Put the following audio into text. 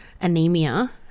anemia